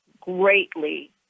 greatly